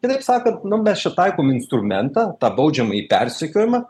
kitaip sakant nu mes čia taikom instrumentą tą baudžiamąjį persekiojimą